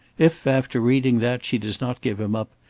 if, after reading that, she does not give him up,